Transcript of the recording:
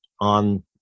on